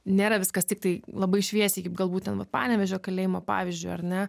nėra viskas tiktai labai šviesiai kaip gal būt ten va panevėžio kalėjimo pavyzdžiui ar ne